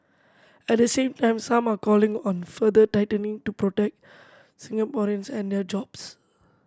at the same time some are calling on further tightening to protect Singaporeans and their jobs